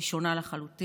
היא שונה לחלוטין,